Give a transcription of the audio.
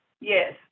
Yes